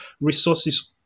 resources